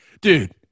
Dude